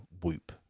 WHOOP